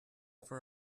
for